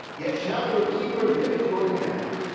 yet shall your keeper live at your command.